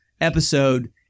episode